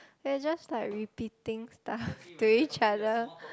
we're just like repeating stuff to each other